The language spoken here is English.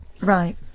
Right